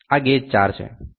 આ ગેજ 4 છે